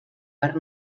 parc